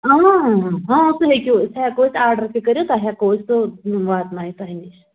اۭں آ سُہ ہٮ۪کِو سُہ ہٮ۪کَو أسۍ آرڈَر تہِ کٔرِتھ تۄہہِ ہٮ۪کَو أسۍ سُہ واتنٲوِتھ تۄہہِ نِش